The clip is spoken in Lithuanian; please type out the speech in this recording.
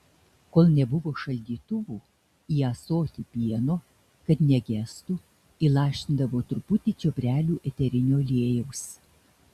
kol nebuvo šaldytuvų į ąsotį pieno kad negestų įlašindavo truputį čiobrelių eterinio aliejaus